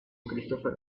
christopher